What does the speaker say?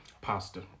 Pasta